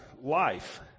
life